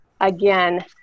again